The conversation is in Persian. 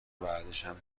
ورزشم